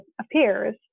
appears